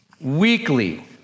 weekly